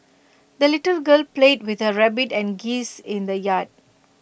the little girl played with her rabbit and geese in the yard